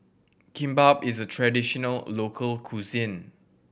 kimbap is a traditional local cuisine